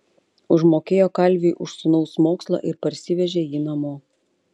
užmokėjo kalviui už sūnaus mokslą ir parsivežė jį namo